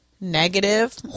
negative